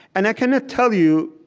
and i cannot tell you,